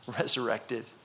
resurrected